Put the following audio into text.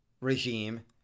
regime